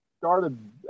started